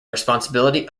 responsibility